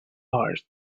heart